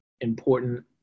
important